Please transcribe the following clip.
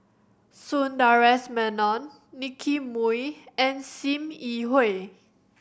Sundaresh Menon Nicky Moey and Sim Yi Hui